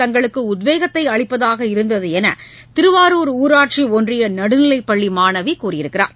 தங்களுக்கு உத்வேகத்தை அளிப்பதாக இருந்தது என்று திருவாரூர் ஊராட்சி ஒன்றிய நடுநிலைப் பள்ளி மாணவி தெரிவித்தார்